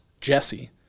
Jesse